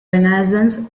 renaissance